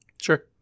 Sure